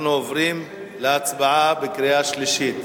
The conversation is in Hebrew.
אנחנו עוברים להצבעה בקריאה שלישית.